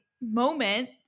moment